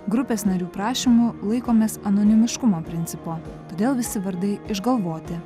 grupės narių prašymu laikomės anonimiškumo principo todėl visi vardai išgalvoti